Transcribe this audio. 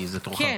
כי תורך.